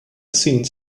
scenes